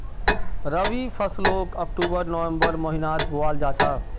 रबी फस्लोक अक्टूबर नवम्बर महिनात बोआल जाहा